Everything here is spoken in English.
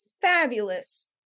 fabulous